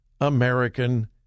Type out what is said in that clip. American